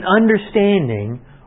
understanding